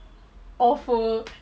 awful